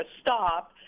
stop